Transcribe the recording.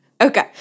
Okay